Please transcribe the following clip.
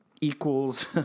equals